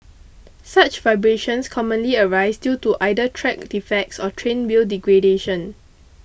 such vibrations commonly arise due to either track defects or train wheel degradation